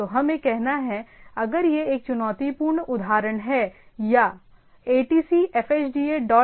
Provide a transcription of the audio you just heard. तो हमें क्या कहना है अगर यह एक चुनौतीपूर्ण उदाहरण है या atc fhda dot edu